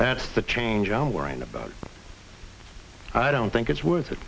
that's the change i'm worrying about i don't think it's worth it